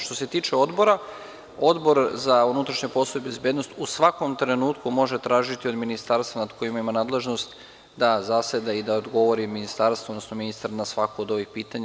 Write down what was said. Što se tiče Odbora, Odbor za unutrašnje poslove i bezbednost u svakom trenutku može tražiti od ministarstva nad kojim ima nadležnost da zaseda i da odgovori ministarstvu, odnosno ministar na svako od ovih pitanja.